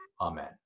Amen